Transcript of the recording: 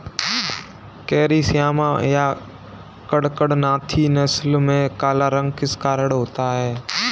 Carry श्यामा या कड़कनाथी नस्ल में काला रंग किस कारण होता है?